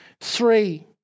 three